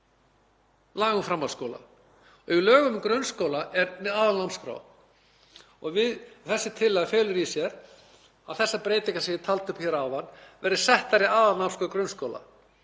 laga um framhaldsskóla. Í lögum um grunnskóla er aðalnámskrá og þessi tillaga felur í sér að þessar breytingar sem ég taldi upp hér áðan verði settar í aðalnámskrá grunnskóla,